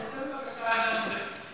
אני רוצה עמדה נוספת.